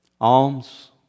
alms